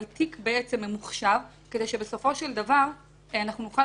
אבל תיק ממוחשב כדי שבסופו של דבר נוכל